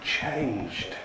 changed